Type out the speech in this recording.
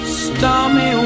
stormy